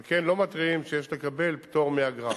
על כן לא מתריעים שיש לקבל פטור מאגרה,